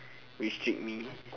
restrict me